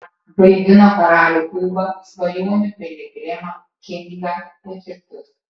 vaidino karalių ūbą svajonių piligrimą kingą ir kitus